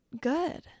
good